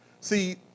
See